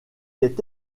est